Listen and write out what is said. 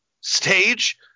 stage